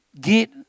get